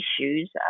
issues